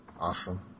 Awesome